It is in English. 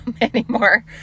anymore